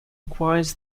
requires